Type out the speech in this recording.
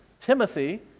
Timothy